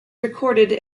recorded